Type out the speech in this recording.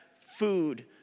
food